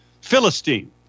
Philistine